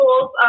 tools